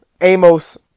Amos